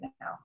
now